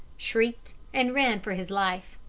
shrieked, and ran for his life.